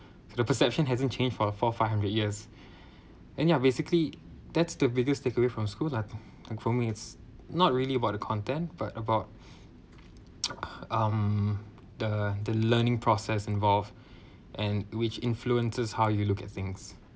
the perception hasn't changed for a four five hundred years and ya basically that's the biggest takeaway from school lah and for me it's not really about the content but about um the the learning process involved and which influences how you look at things